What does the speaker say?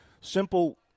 simple